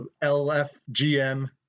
LFGM